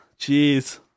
Jeez